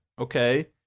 Okay